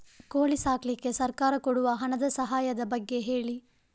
ಕೋಳಿ ಸಾಕ್ಲಿಕ್ಕೆ ಸರ್ಕಾರ ಕೊಡುವ ಹಣದ ಸಹಾಯದ ಬಗ್ಗೆ ಹೇಳಿ